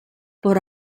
por